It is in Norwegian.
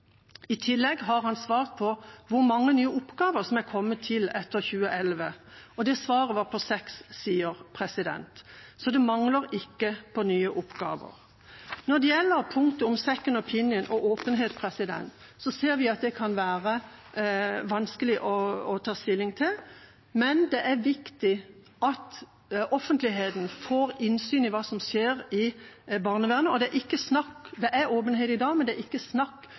I tillegg har han svart på hvor mange nye oppgaver som har kommet til etter 2011. Det svaret var på seks sider, så det mangler ikke på nye oppgaver. Når det gjelder punktet om second opinion og åpenhet, ser vi at det kan være vanskelig å ta stilling til, men det er viktig at offentligheten får innsyn i hva som skjer i barnevernet. Det er åpenhet i dag, og det er ikke snakk om å endre det lovverket som ligger til grunn, det er